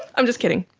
i'm just kidding.